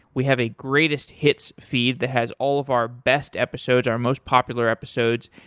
we have a greatest hits feed that has all of our best episodes, our most popular episodes,